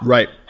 Right